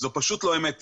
זאת לא אמת,